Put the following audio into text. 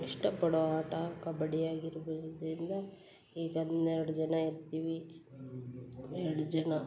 ಇಷ್ಟಪಡೋ ಆಟ ಕಬಡ್ಡಿ ಆಗಿರೋದರಿಂದ ಈಗ ಹನ್ನೆರಡು ಜನ ಇರ್ತೀವಿ ಏಳು ಜನ